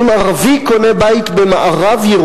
אם ערבי קונה בית במערב-ירושלים,